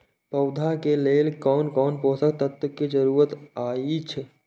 पौधा के लेल कोन कोन पोषक तत्व के जरूरत अइछ?